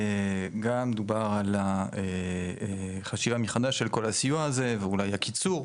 גם דובר על החשיבה מחדש של כל הסיוע הזה ואולי הקיצור,